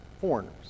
foreigners